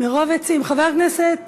חבר הכנסת